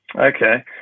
Okay